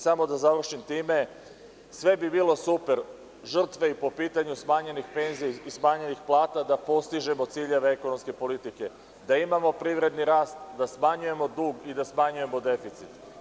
Samo da završim time, sve bi bilo super, žrtve po pitanju smanjenih penzija i smanjenih plata, da postižemo ciljeve ekonomske politike, da imamo privredni rast, smanjujemo dug i da smanjujemo deficit.